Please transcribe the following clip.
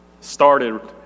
started